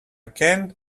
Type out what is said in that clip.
can